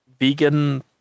vegan